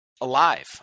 alive